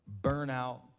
burnout